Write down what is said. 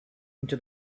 into